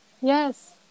Yes